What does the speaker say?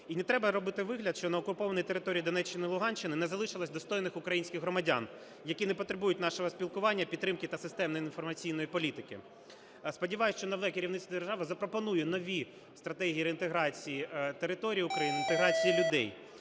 І не треба робити вигляд, що на окупованій території Донеччини і Луганщини не залишилось достойних українських громадян, які не потребують нашого спілкування, підтримки та системної інформаційної політики. Сподіваюсь, що нове керівництво держави запропонує нові стратегії реінтеграції територій України, інтеграції людей.